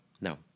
No